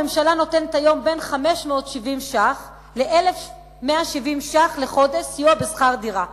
הממשלה נותנת היום בין 570 שקלים ל-1,170 שקלים לחודש סיוע בשכר דירה.